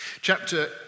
Chapter